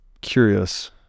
curious